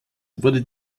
wurde